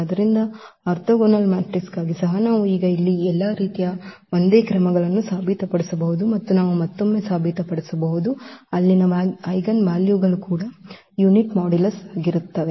ಆದ್ದರಿಂದ ಆರ್ಥೋಗೋನಲ್ ಮ್ಯಾಟ್ರಿಕ್ಸ್ಗಾಗಿ ಸಹ ನಾವು ಈಗ ಇಲ್ಲಿ ಎಲ್ಲಾ ರೀತಿಯ ಒಂದೇ ಕ್ರಮಗಳನ್ನು ಸಾಬೀತುಪಡಿಸಬಹುದು ಮತ್ತು ನಾವು ಮತ್ತೊಮ್ಮೆ ಸಾಬೀತುಪಡಿಸಬಹುದು ಅಲ್ಲಿನ ಐಜೆನ್ ವ್ಯಾಲ್ಯೂಗಳು ಕೂಡ ಯುನಿಟ್ ಮಾಡ್ಯುಲಸ್ ಆಗಿರುತ್ತವೆ